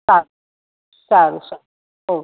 સારું સારું સારું ઓકે